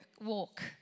walk